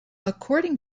according